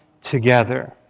together